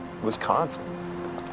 Wisconsin